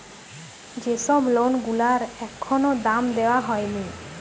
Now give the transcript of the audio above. যে সব লোন গুলার এখনো দাম দেওয়া হয়নি